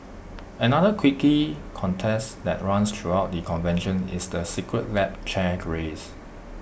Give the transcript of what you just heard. another quirky contest that runs throughout the convention is the secret lab chair race